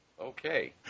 Okay